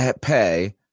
pay